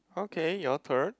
okay your turn